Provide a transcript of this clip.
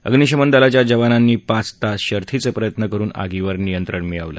अभ्निशमन दलाच्या जवानांनी पाच तास शर्थीच प्रयत्न करून आगीवर नियंत्रण मिळवलं